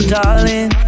darling